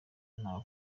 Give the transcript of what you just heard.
nta